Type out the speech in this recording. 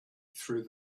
through